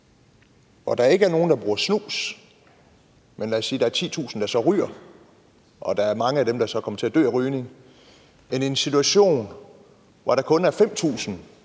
hvor der ikke er nogen, der bruger snus, men hvor der er, lad os sige 10.000, der ryger, og der er mange af dem, der så kommer til at dø af rygning, frem for en situation, hvor der kun er 5.000,